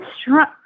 strong